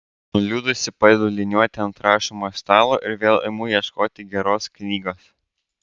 nuliūdusi padedu liniuotę ant rašomojo stalo ir vėl imu ieškoti geros knygos